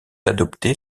adopter